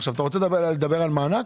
עכשיו, אתה רוצה לדבר על מענק?